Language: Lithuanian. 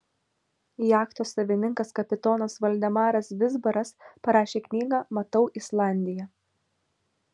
jachtos savininkas kapitonas valdemaras vizbaras parašė knygą matau islandiją